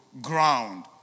ground